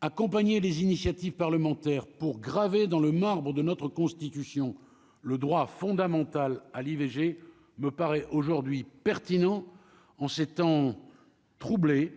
accompagner les initiatives parlementaires pour graver dans le marbre de notre Constitution le droit fondamental à l'IVG, me paraît aujourd'hui pertinent en ces temps troublés